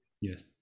Yes